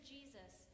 Jesus